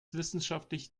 wissenschaftlich